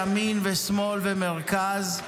ימין ושמאל ומרכז,